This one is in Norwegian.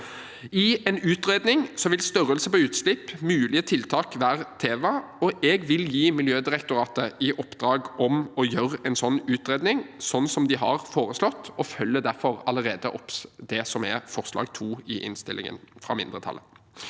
I en utredning vil størrelse på utslipp og mulige tiltak være tema. Jeg vil gi Miljødirektoratet i oppdrag å gjøre en slik utredning som de har foreslått, og følger derfor allerede opp det som er forslag nr. 2 fra mindretallet